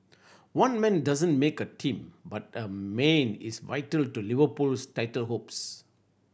one man doesn't make a team but a Mane is vital to Liverpool's title hopes